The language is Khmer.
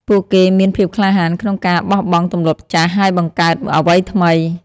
ពួកគេមានភាពក្លាហានក្នុងការបោះបង់ទម្លាប់ចាស់ ហើយបង្កើតអ្វីថ្មី។